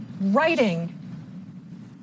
writing